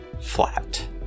Flat